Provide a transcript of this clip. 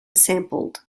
sampled